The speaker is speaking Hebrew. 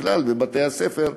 בכלל בבתי-הספר,